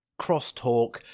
crosstalk